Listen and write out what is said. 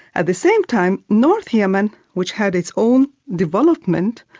at the same time, north yemen which had its own development,